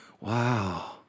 Wow